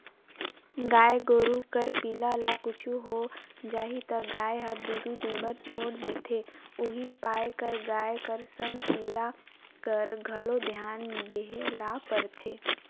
गाय गोरु कर पिला ल कुछु हो जाही त गाय हर दूद देबर छोड़ा देथे उहीं पाय कर गाय कर संग पिला कर घलोक धियान देय ल परथे